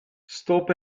stop